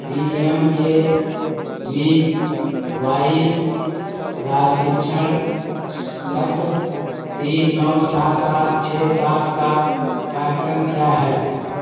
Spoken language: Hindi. P M K V Y प्राशिक्षण सत्र तीन नौ सात सात छः सात का कार्यक्रम क्या है